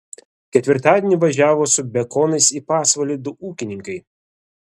ketvirtadienį važiavo su bekonais į pasvalį du ūkininkai